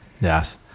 Yes